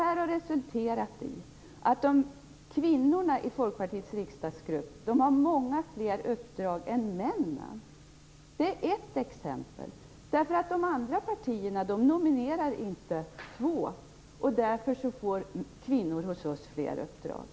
Det har resulterat i att kvinnorna i Folkpartiets riksdagsgrupp har många fler uppdrag än männen. Det är ett exempel. De andra partierna nominerar inte dubbelt. Därför får kvinnor i vårt parti fler uppdrag.